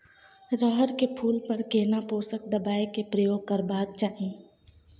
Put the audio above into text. रहर के फूल पर केना पोषक दबाय के प्रयोग करबाक चाही?